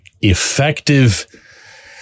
effective